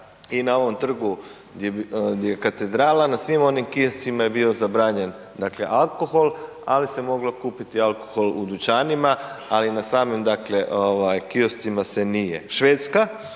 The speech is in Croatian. i na ovom trgu di je, di je katedrala, na svim onim kioscima je bio zabranjen dakle alkohol, ali se moglo kupiti alkohol u dućanima, ali na samim dakle ovaj kioscima se nije. Švedska,